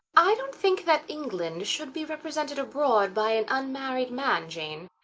i don't think that england should be represented abroad by an unmarried man, jane.